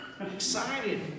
Excited